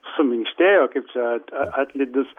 suminkštėjo kaip čia atlydis